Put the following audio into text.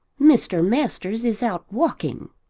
mr. masters is out walking,